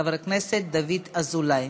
חבר הכנסת דוד אזולאי.